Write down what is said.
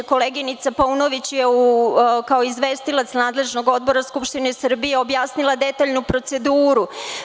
Koleginica Paunović je kao izvestilac nadležnog odbora Skupštine Srbije objasnila detaljnu proceduru.